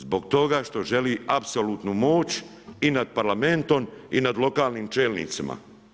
Zbog toga što želi apsolutnu moć i nad parlamentom i nad lokalnim čelnicima.